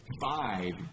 five